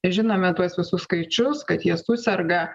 žinome tuos visus skaičius kad jie suserga